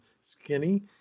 skinny